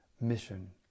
mission